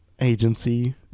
agency